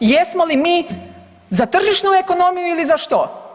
Jesmo li za tržišnu ekonomiju ili za što?